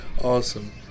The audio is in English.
Awesome